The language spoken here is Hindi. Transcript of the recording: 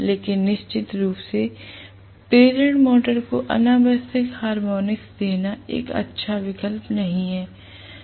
लेकिन निश्चित रूप से प्रेरण मोटर को अनावश्यक हार्मोनिक्स देना एक अच्छा विकल्प नहीं है